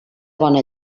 bona